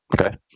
okay